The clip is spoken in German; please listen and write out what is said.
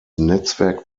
netzwerk